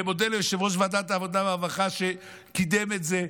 ומודה ליושב-ראש ועדת העבודה והרווחה שקידם את זה,